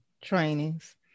trainings